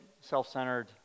self-centered